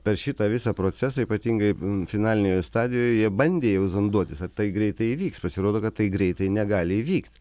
per šitą visą procesą ypatingai finalinėj jau stadijoj jie bandė jau zonduotis ar tai greitai įvyks pasirodo kad tai greitai negali įvykt